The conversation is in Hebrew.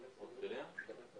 לכולם.